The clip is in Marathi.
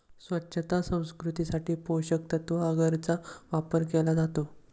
स्वच्छता संस्कृतीसाठी पोषकतत्त्व अगरचा वापर केला जातो